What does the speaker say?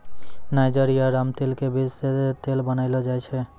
niger या रामतिल के बीज सॅ तेल बनैलो जाय छै